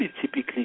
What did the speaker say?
typically